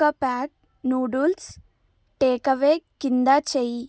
ఒక పాక్ నూడుల్స్ టేక్ అవే కింద చెయ్యి